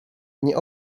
nie